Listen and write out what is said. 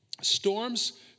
Storms